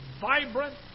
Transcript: Vibrant